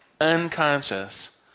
unconscious